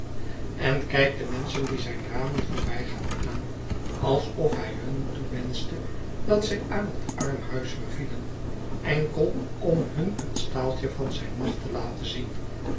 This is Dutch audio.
en kijkt de menschen die zijn ramen voorbij gaan aan alsof hij hun toewenschte dat zij aan het armhuis vervielen enkel om hun een staaltje van zijn macht te laten zien